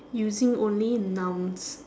using only nouns